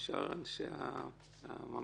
שאר אנשי הממלכה,